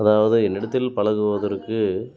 அதாவது என்னிடத்தில் பழகுவதற்கு